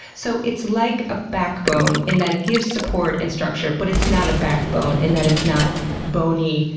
so it's like a backbone in that it gives support and structure, but it's not a backbone in that it's not bony,